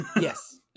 Yes